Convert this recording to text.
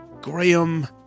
Graham